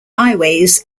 highways